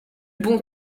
bon